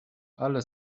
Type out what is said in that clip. ale